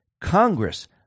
Congress